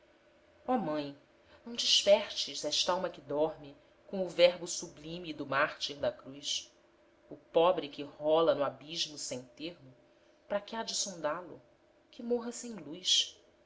ó mãe não despertes est'alma que dorme com o verbo sublime do mártir da cruz o pobre que rola no abismo sem termo pra qu'há de sondá lo que morra sem luz